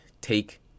take